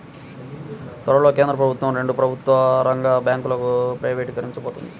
త్వరలో కేంద్ర ప్రభుత్వం రెండు ప్రభుత్వ రంగ బ్యాంకులను ప్రైవేటీకరించబోతోంది